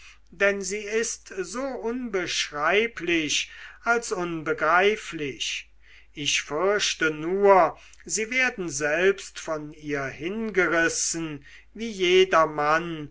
denn sie ist so unbeschreiblich als unbegreiflich ich fürchte nur sie werden selbst von ihr hingerissen wie jedermann